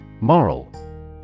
Moral